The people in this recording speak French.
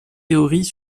théories